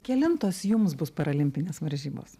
kelintos jums bus parolimpinės varžybos